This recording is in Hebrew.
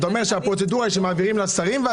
אתה אומר שהפרוצדורה היא שמעבירים לשרים.